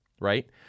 right